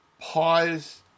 Pause